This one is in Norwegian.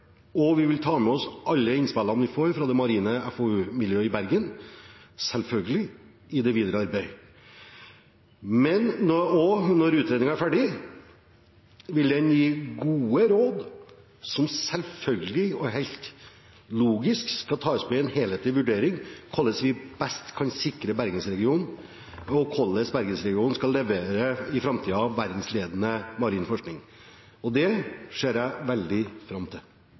og vi vil selvfølgelig ta med oss alle innspillene vi får fra det marine FoU-miljøet i Bergen, i det videre arbeidet. Når utredningen er ferdig, vil den gi gode råd, som selvfølgelig og helt logisk skal tas med i en helhetlig vurdering om hvordan vi best kan sikre at Bergensregionen skal levere verdensledende marin forskning i framtiden. Det ser jeg veldig fram til.